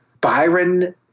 byron